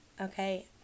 okay